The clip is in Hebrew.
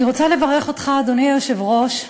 אני רוצה לברך אותך, אדוני היושב-ראש,